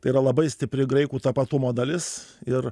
tai yra labai stipri graikų tapatumo dalis ir